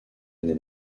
année